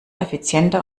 effizienter